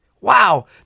Wow